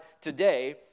today